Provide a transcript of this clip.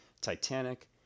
Titanic